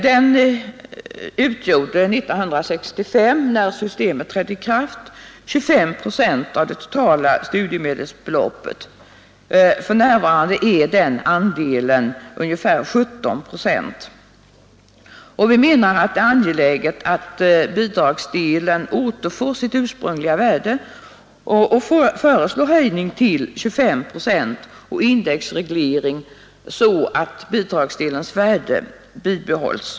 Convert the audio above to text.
Den utgjorde år 1965, när systemet trädde i kraft, 25 procent av det totala studiemedelsbeloppet. För närvarande är den andelen ungefär 17 procent. Vi menar att det är angeläget att bidragsdelen återfår sitt ursprungliga värde och föreslår höjning till 25 procent och indexreglering så att värdet bibehålles.